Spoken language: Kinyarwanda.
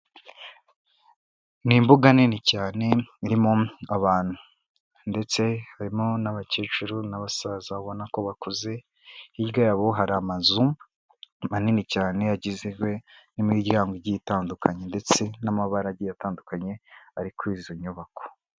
Ni imbuga nini cyane irimo abantu, ndetse harimo n'abakecuru n'abasaza ubona ko bakuze, hirya yabo hari amazu manini cyane agizwe n'imiryango igiye itandukanye ndetse n'amabara agiye atandukanye, ari kuri izo nyubako.